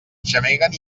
gemeguen